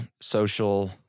social